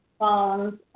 phones